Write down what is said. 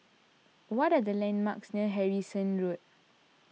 what are the landmarks near Harrison Road